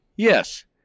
Yes